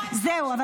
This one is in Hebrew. מירב, חברת